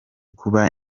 kuba